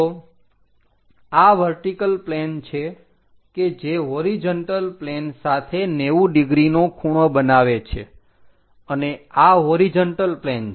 તો આ vertical plane છે કે જે હોરીજન્ટલ પ્લેન સાથે 90 ડિગ્રીનો ખૂણો બનાવે છે અને આ હોરીજન્ટલ પ્લેન છે